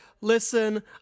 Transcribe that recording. listen